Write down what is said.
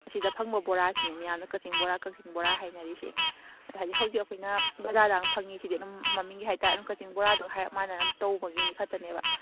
ꯑꯁꯤꯗ ꯐꯪꯕ ꯕꯣꯔꯥꯁꯤꯅꯦ ꯃꯌꯥꯝꯅ ꯀꯛꯆꯤꯡ ꯕꯣꯔꯥ ꯀꯛꯆꯤꯡ ꯕꯣꯔꯥ ꯍꯥꯏꯅꯔꯤꯁꯦ ꯍꯥꯏꯗꯤ ꯍꯧꯖꯤꯛ ꯑꯩꯈꯣꯏꯅ ꯕꯖꯥꯔꯗꯒ ꯐꯪꯉꯤꯁꯤꯗꯤ ꯑꯗꯨꯝ ꯃꯃꯤꯡꯒꯤ ꯍꯥꯏꯇꯥꯔꯦ ꯑꯗꯨꯝ ꯀꯛꯆꯤꯡ ꯕꯣꯔꯥꯗꯣ ꯍꯥꯏꯔꯞ ꯃꯥꯟꯅꯔꯞ ꯇꯧꯕꯒꯤꯅꯤ ꯈꯇꯅꯦꯕ